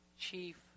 Chief